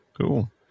Cool